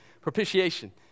propitiation